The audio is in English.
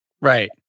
Right